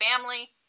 family